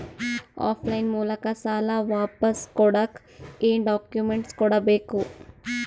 Of line ಮೂಲಕ ಸಾಲ ವಾಪಸ್ ಕೊಡಕ್ ಏನು ಡಾಕ್ಯೂಮೆಂಟ್ಸ್ ಕೊಡಬೇಕು?